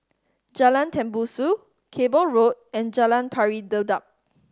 Jalan Tembusu Cable Road and Jalan Pari Dedap